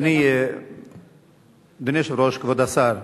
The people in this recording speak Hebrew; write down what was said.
אדוני היושב-ראש, כבוד השר,